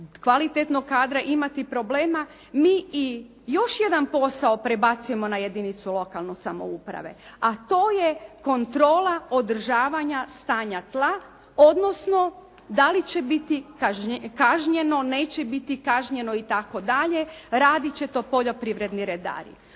kvalitetnog kadra imati problema mi i još jedan posao prebacujemo na jedinicu lokalne samouprave a to je kontrola održavanja stanja tla odnosno da li će biti kažnjeno, neće biti kažnjeno itd., raditi će to poljoprivredni redari.